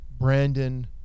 Brandon